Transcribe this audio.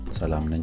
salam